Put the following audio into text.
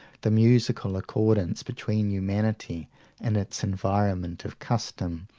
the musical accordance between humanity and its environment of custom,